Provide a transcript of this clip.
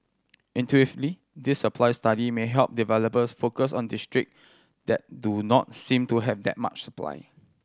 intuitively this supply study may help developers focus on district that do not seem to have that much supply